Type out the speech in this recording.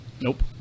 Nope